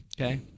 okay